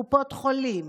קופות חולים,